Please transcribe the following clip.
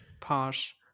Posh